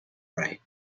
right